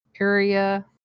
area